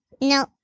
No